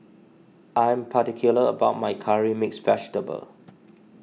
I am particular about my Curry Mixed Vegetable